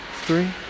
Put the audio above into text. three